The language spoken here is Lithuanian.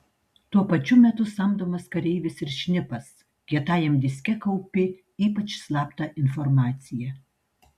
tuo pačiu metu samdomas kareivis ir šnipas kietajam diske kaupi ypač slaptą informaciją